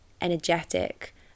energetic